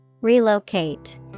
Relocate